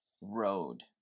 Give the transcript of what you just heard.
road